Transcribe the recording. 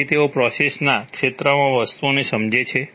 તેથી તેઓ પ્રોસેસના ક્ષેત્રમાં વસ્તુઓને સમજે છે